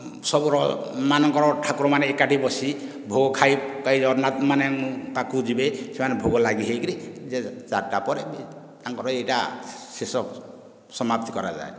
ସବୁର ମାନଙ୍କର ଠାକୁରମାନେ ଏକାଠି ବସି ଭୋଗ ଖାଇ ପାଇଁ ଜଗନ୍ନାଥ ମାନେ ପାଖକୁ ଯିବେ ସେମାନେ ଭୋଗ ଲାଗି ହୋଇକରି ଚାରିଟା ପରେ ତାଙ୍କର ଏଇଟା ଶେଷ ସମାପ୍ତି କରାଯାଏ